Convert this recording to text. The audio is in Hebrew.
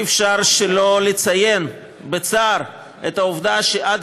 אי-אפשר שלא לציין בצער את העובדה שעד